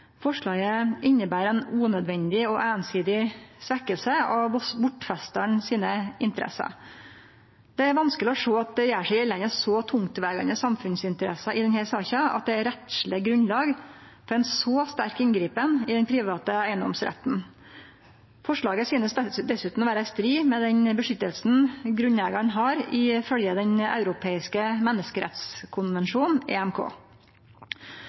Forslaget inneber ei unødvendig og einsidig svekking av interessene til bortfestaren. Det er vanskeleg å sjå at det gjer seg gjeldande så tungtvegande samfunnsinteresser i denne saka at det er rettsleg grunnlag for eit så sterkt rettsleg inngrep i den private eigedomsretten. Forslaget synest dessutan å vere i strid med det vernet grunneigaren har ifølgje den europeiske menneskerettskonvensjonen, EMK.